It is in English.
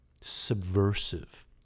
subversive